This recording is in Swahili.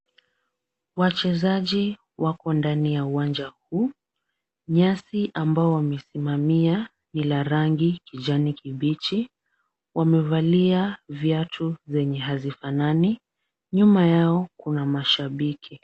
Wachezaji wako ndani ya uwanja huu. Nyasi ambao wamesimamia ni la rangi kijani kibichi. Wamevalia viatu zenye hazifanani. Nyuma yao kuna mashabiki.